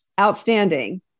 outstanding